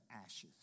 ashes